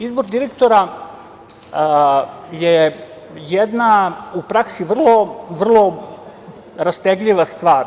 Izbor direktora je jedna u praksi vrlo rastegljiva stvar.